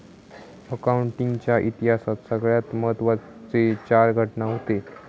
accounting च्या इतिहासात सगळ्यात महत्त्वाचे चार घटना हूते